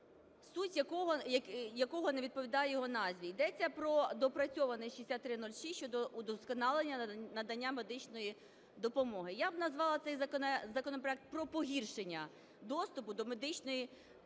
суть якого не відповідає його назві. Йдеться про доопрацьований 6306 щодо удосконалення надання медичної допомоги, я б назвала цей законопроект про погіршення доступу до медичної допомоги.